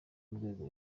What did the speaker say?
n’urwego